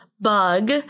bug